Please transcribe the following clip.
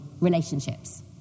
relationships